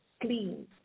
clean